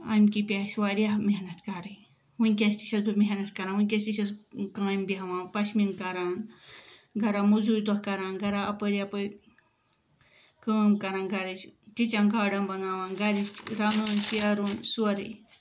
اَمہِ کِنۍ پیٚیہِ اَسہِ واریاہ محنت کَرٕنۍ وٕنکٮ۪س تہِ چھس بہٕ محنت کَران وٕنکٮ۪س تہِ چھس کامہِ بیٚہوان پشمیٖن کَران گَرا موٚزوٗرۍ دۄہ کَران گَرا اَپٲرۍ یَپٲرۍ کٲم کَران گَرا چھِ کِچَن گاڈن گَرِچ رَنُن شیٚہرُن سورُے